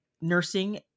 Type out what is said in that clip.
nursing